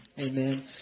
Amen